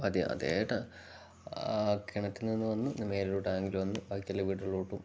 അപ്പം അതെ ടാ കിണറ്റിൽ നിന്ന് വന്ന് മേലെ ഒരു ടാങ്കിൽ വന്ന് ബാക്കിയെല്ലാം വീട്ടിലോട്ടും